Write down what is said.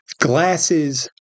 glasses